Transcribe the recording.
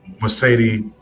Mercedes